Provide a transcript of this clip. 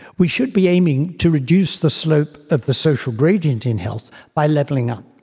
we should be aiming to reduce the slope of the social gradient in health by levelling up,